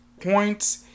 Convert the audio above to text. points